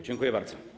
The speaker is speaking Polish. Dziękuję bardzo.